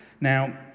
Now